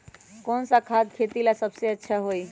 कौन सा खाद खेती ला सबसे अच्छा होई?